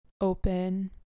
Open